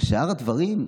אבל שאר הדברים?